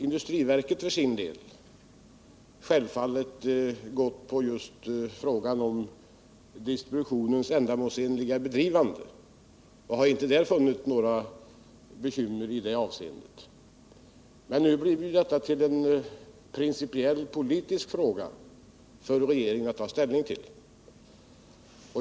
Industriverket har för sin del självfallet sett till frågan om distributionens ändamålsenliga bedrivande och inte funnit några bekymmer i det avseendet. Men nu blir detta en principiell politisk fråga för regeringen att ta ställning till.